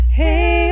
hey